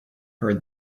heard